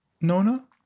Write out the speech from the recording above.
Nona